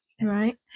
Right